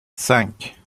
cinq